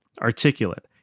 articulate